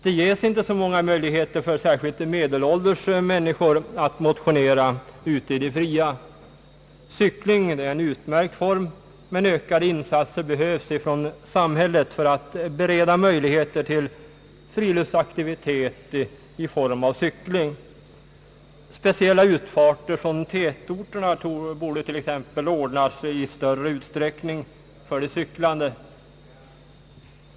Det ges inte så många möjligheter för särskilt medelålders människor att motionera ute i det fria. Cykling är en utmärkt form av motion, men ökade samhällsinsatser behövs för att bereda möjligheter till friluftsaktivitet i form av cykling. Exempelvis borde speciella utfarter från tätorterna ordnas i större utsträckning för de cyklande.